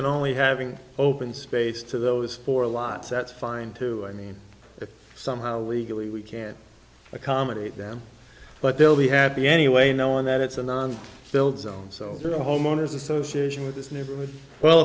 in only having open space to those for lots that's fine too i mean if somehow legally we can't accommodate them but they'll be happy anyway knowing that it's a non built zone so the homeowners association with this neighborhood well